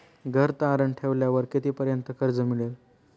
घर तारण ठेवल्यावर कितीपर्यंत कर्ज मिळेल?